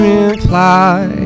reply